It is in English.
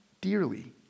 dearly